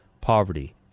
poverty